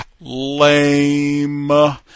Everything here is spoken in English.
lame